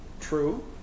true